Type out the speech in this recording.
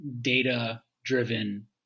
data-driven